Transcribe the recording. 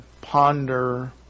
ponder